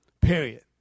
Period